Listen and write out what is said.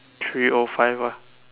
three o five ah